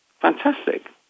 fantastic